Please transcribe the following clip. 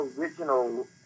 original